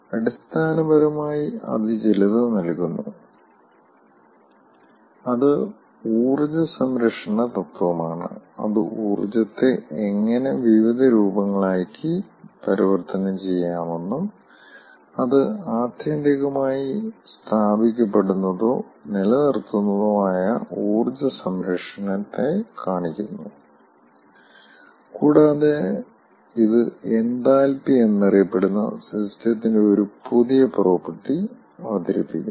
അടിസ്ഥാനപരമായി അത് ചിലത് നൽകുന്നു അത് ഊർജ്ജ സംരക്ഷണ തത്വമാണ് അത് ഊർജ്ജത്തെ എങ്ങനെ വിവിധ രൂപങ്ങളായി പരിവർത്തനം ചെയ്യാമെന്നും അത് ആത്യന്തികമായി സ്ഥാപിക്കപ്പെടുന്നതോ നിലനിർത്തുന്നതോ ആയ ഊർജ്ജസംരക്ഷണത്തെ കാണിക്കുന്നു കൂടാതെ ഇത് എൻതാൽപ്പി എന്നറിയപ്പെടുന്ന സിസ്റ്റത്തിന്റെ ഒരു പുതിയ പ്രോപ്പർട്ടി അവതരിപ്പിക്കുന്നു